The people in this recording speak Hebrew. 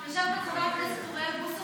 יושב כאן חבר הכנסת אוריאל בוסו,